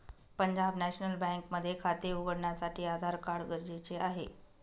Punjab national bank मध्ये खाते उघडण्यासाठी आधार कार्ड गरजेचे आहे